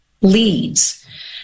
leads